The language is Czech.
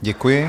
Děkuji.